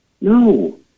No